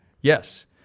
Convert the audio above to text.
yes